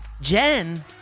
Jen